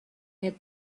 made